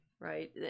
right